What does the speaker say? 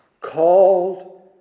called